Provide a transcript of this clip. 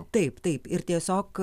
taip taip ir tiesiog